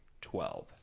twelve